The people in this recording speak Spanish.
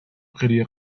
quería